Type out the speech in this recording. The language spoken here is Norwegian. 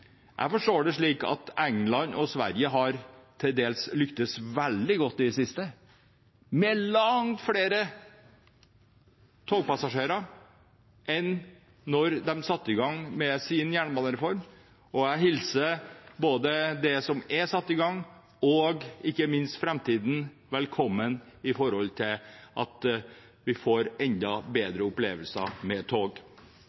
Jeg forstår det slik at England og Sverige til dels har lyktes veldig godt i det siste, med langt flere togpassasjerer enn da de satte i gang med sin jernbanereform, og jeg hilser både det som er satt i gang, og ikke minst framtiden velkommen ved at vi får enda